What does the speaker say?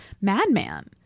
madman